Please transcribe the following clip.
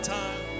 time